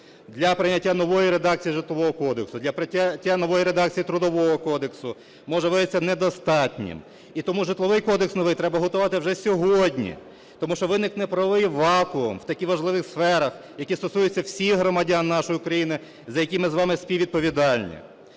для прийняття нової редакції Житлового кодексу, для прийняття нової редакції Трудового кодексу може виявитися недостатнім. І тому Житловий кодекс новий треба готувати сьогодні, тому що виникне правовий вакуум в таких важливих сферах, які стосуються всіх громадян нашої країни, за яких ми з вами співвідповідальні.